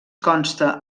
consta